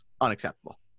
unacceptable